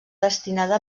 destinada